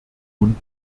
nun